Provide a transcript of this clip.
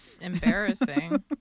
Embarrassing